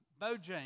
Bojangles